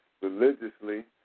religiously